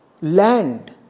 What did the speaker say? land